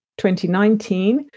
2019